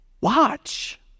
watch